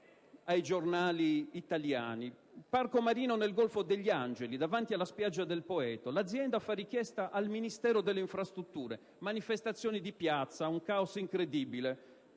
ai giornali italiani: Parco marino nel golfo degli Angeli davanti alla spiaggia del Poetto; l'azienda fa richiesta al Ministero delle infrastrutture. Manifestazioni di piazza, *caos* incredibile.